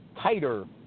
tighter